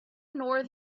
nor